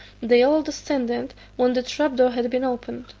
they all descended when the trap door had been opened.